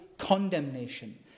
condemnation